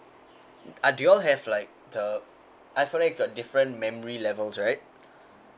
uh do y'all have like the iPhone X got different memory levels right